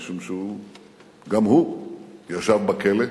משום שגם הוא ישב בכלא,